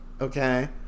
okay